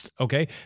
Okay